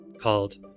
called